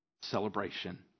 Celebration